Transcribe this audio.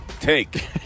Take